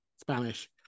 Spanish